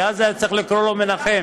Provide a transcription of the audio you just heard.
כי אז היה צריך לקרוא לו מנחם.